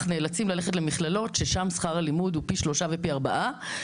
נאלצים ללכת למכללות ששם שכר הלימוד הוא פי שלושה ופי ארבעה,